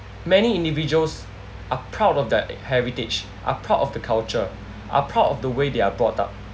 many individuals are proud of their heritage are proud of the culture are proud of the way they are brought up